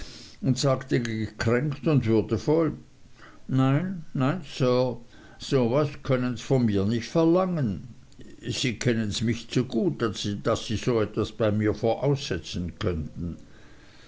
und sagte gekränkt und würdevoll nein nein sir so was könnens von mir nicht verlangen sie kennens mich zu gut als daß sie so was bei mir voraussetzen könnten